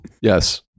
yes